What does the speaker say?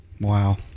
Wow